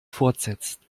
fortsetzt